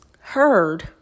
heard